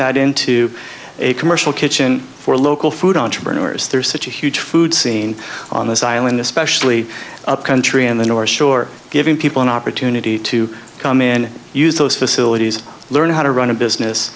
that into a commercial kitchen for local food entrepreneurs there's such a huge food scene on this island especially upcountry and the north shore giving people an opportunity to come in use those facilities learn how to run a business